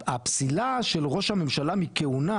הפסילה של ראש הממשלה מכהונה